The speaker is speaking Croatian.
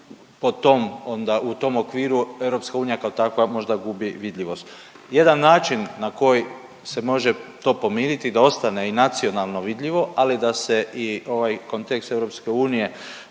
u tom okviru EU kao takva možda gubi vidljivost. Jedan način na koji se može to pomiriti da ostane i nacionalno vidljivo, ali da se i ovaj kontekst EU